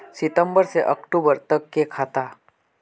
सितम्बर से अक्टूबर तक के खाता?